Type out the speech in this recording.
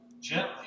gently